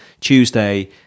Tuesday